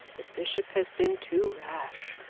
the bishop has been too rash.